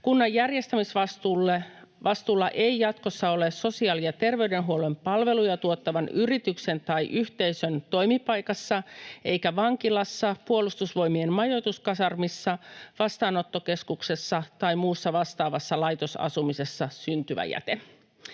Kunnan järjestämisvastuulla ei jatkossa ole sosiaali- ja terveydenhuollon palveluja tuottavan yrityksen tai yhteisön toimipaikassa eikä vankilassa, Puolustusvoimien majoituskasarmissa, vastaanottokeskuksessa tai muussa vastaavassa laitosasumisessa syntyvä jäte.